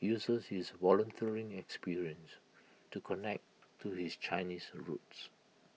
uses his volunteering experience to connect to his Chinese roots